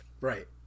Right